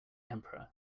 emperor